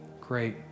Great